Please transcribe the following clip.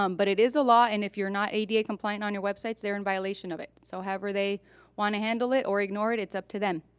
um but it is a law and if you're not ada compliant on your websites, they're in violation of it. so however they wanna handle it or ignore it, it's up to them.